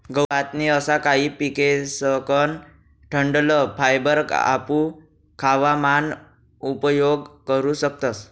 गहू, भात नी असा काही पिकेसकन डंठल फायबर आपू खावा मान उपयोग करू शकतस